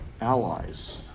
allies